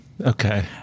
Okay